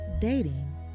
dating